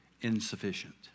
insufficient